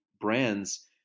brands